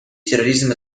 терроризм